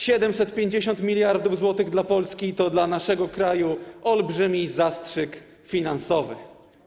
750 mld zł dla Polski to dla naszego kraju olbrzymi zastrzyk finansowy.